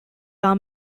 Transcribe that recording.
are